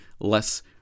less